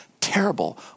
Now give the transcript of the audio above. terrible